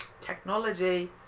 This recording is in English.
Technology